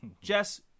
Jess